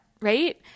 Right